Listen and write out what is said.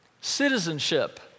Citizenship